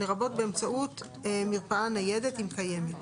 לרבות באמצעות מרפאה ניידת אם קיימת,